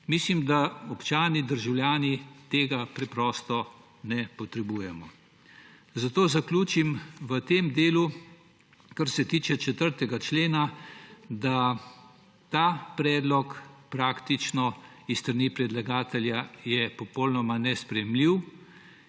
Mislim, da občani, državljani tega preprosto ne potrebujemo. Zato zaključim v tem delu, kar se tiče 4. člena, da je ta predlog s strani predlagatelja popolnoma nesprejemljiv.